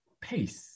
pace